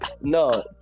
No